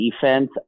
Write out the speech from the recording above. defense